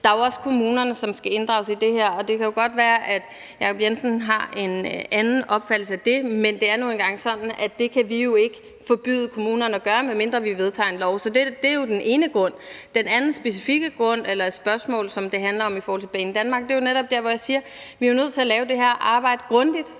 Det vil sige, at kommunerne også skal inddrages i det her. Det kan godt være, at Jacob Jensen har en anden opfattelse af det, men det er nu engang sådan, at vi jo ikke kan forbyde kommunerne at gøre det, medmindre vi vedtager en lov. Det er den ene grund. Den anden specifikke grund er i spørgsmålet, der handler om Banedanmark, hvor jeg siger, at vi er nødt til at lave det her arbejde grundigt.